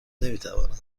نمیتوانم